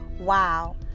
Wow